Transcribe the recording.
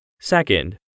Second